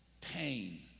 pain